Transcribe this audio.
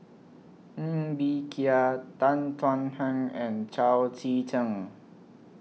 Ng Bee Kia Tan Thuan Heng and Chao Tzee Cheng